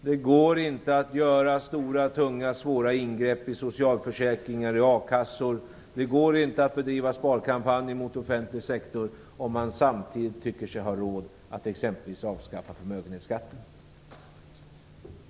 Det går inte att göra stora, tunga och svåra ingrepp i socialförsäkringar och a-kassor och det går inte att bedriva sparkampanjer mot den offentliga sektorn om man samtidigt tycker sig ha råd att exempelvis avskaffa förmögenhetsskatten.